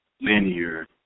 linear